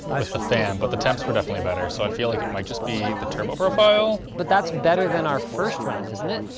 with the fan but the temps were definitely better so i feel like it might just be the turbo profile? but that's better than our first run, isn't it?